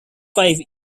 five